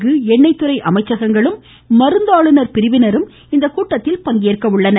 கு எண்ணைய்துறை அமைச்சகங்களும் மருந்தாளுனர் பிரிவினரும் இக்கூட்டத்தில் பங்கேற்கின்றன